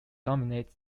dominate